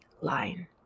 line